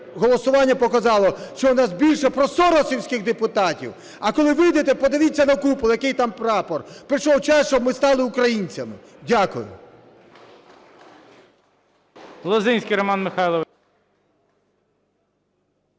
голосування показало, що у нас більше просоросівських депутатів. А коли вийдете, подивіться на купол, який там прапор. Прийшов час, щоб ми стали українцями! Дякую.